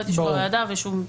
לא את אישור הוועדה ושום --- ברור.